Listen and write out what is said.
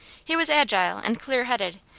he was agile and clear-headed,